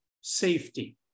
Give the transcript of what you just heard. safety